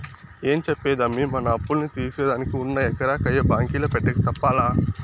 ఏం చెప్పేదమ్మీ, మన అప్పుల్ని తీర్సేదానికి ఉన్న ఎకరా కయ్య బాంకీల పెట్టక తప్పలా